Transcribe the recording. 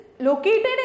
located